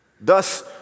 thus